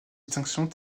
distinctions